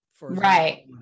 Right